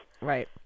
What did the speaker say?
Right